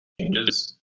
changes